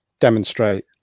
demonstrate